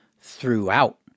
throughout